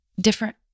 different